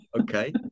okay